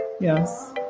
yes